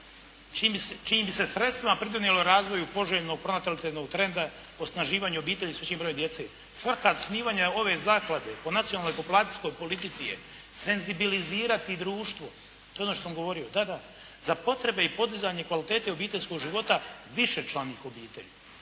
čijim se sredstvima pridonijelo razvoju poželjnog pronatalitetnog trenda, osnaživanju obitelji s većim brojem djece. Svaka ove zaklade po nacionalnoj populacijskoj politici je senzibilizirati društvo, to je ono što sam govorio, da da, za potrebe i podizanje kvalitete obiteljskog života višečlanih obitelji.